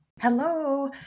Hello